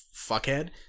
fuckhead